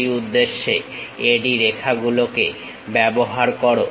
সেই উদ্দেশ্যে AD রেখাগুলোকে ব্যবহার করো